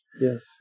Yes